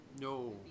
No